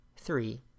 three